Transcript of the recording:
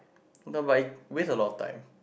not but I waste a lot of time